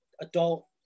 adult